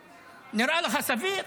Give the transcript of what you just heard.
) נראה לך סביר?